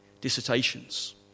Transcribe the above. Dissertations